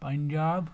Punjab